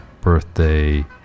birthday